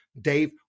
Dave